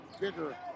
bigger